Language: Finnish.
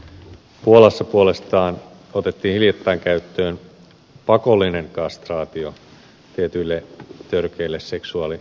puolassa puolestaan otettiin hiljattain käyttöön pakollinen kastraatio tietyille törkeille seksuaalirikollisille